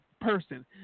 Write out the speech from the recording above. person